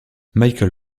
michael